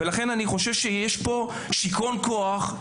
אני חושב שיש פה שכרון כוח,